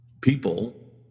people